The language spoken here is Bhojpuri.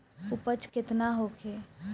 उपज केतना होखे?